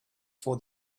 for